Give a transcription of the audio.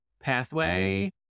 pathway